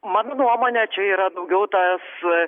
mano nuomone čia yra daugiau tas